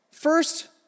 First